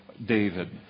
David